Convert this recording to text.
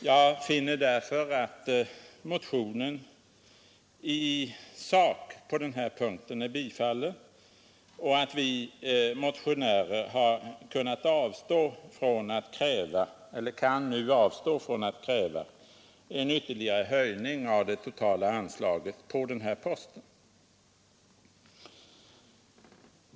Jag finner därför att motionen i sak på den här punkten är tillstyrkt och att vi motionärer har kunnat nu avstå från att kräva en ytterligare höjning av det totala anslaget på den här posten.